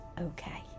okay